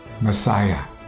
Messiah